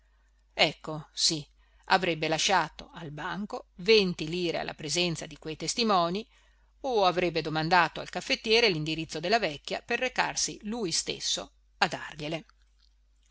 ecco sì avrebbe lasciato al banco venti lire alla presenza di quei testimoni o avrebbe domandato al caffettiere l'indirizzo della vecchia per recarsi lui stesso a dargliele